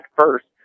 first